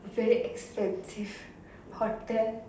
very expensive hotel